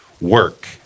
work